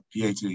PAT